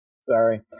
Sorry